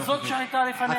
וזאת שהייתה לפניה?